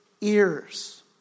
ears